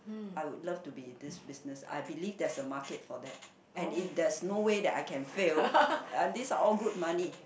I would love to be in this business I believe there's a market for that and if there's no way that I can fail uh this are all good money